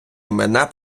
імена